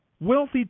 Wealthy